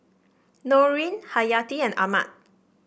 Nurin Hayati and Ahmad